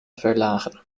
verlagen